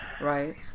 Right